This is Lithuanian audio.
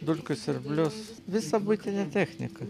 dulkių siurblius visą buitinę techniką